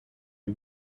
you